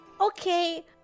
Okay